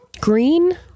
Green